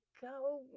go